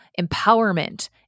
empowerment